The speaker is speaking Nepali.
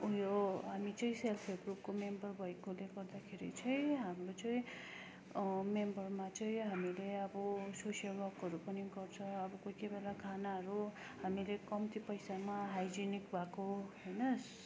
उयो हामी चाहिँ सेल्फ हेल्प ग्रुपको मेम्बर भएकोले गर्दाखेरि चाहिँ हाम्रो चाहिँ मेम्बरमा चाहिँ हामीले अब सोसियल वर्कहरू पनि गर्छ अब कोही कोही बेला खानाहरू हामीले कम्ती पैसामा हाइजेनिक भएको